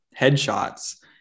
headshots